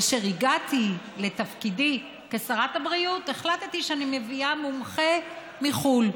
כאשר הגעתי לתפקידי כשרת הבריאות החלטתי שאני מביאה מומחה מחו"ל.